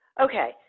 Okay